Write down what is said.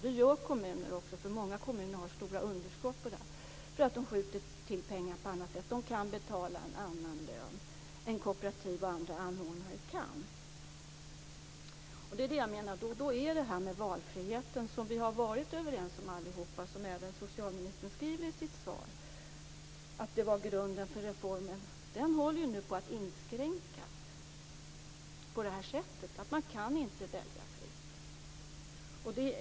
Det gör kommuner också. Många kommuner har stora underskott för att de skjuter till pengar på annat sätt. De kan betala en annan lön än kooperativ och andra anordnare kan. Jag menar att det här med valfriheten, som vi alla var överens om och som socialministern skriver i sitt svar var grunden för reformen, nu håller på att inskränkas på det här sättet. Man kan inte välja fritt.